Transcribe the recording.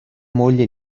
moglie